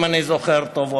אם אני זוכר טוב,